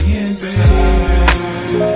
inside